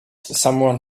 someone